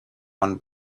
one